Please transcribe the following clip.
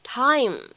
time